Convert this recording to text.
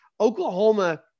Oklahoma